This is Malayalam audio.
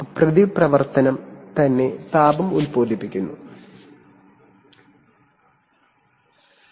പ്രതിപ്രവർത്തനം തന്നെ താപം ഉൽപാദിപ്പിക്കുന്ന എക്സോതെർമിക് റിയാക്ടറുകൾക്ക് ഇങ്ങനെ സംഭവിക്കുന്നു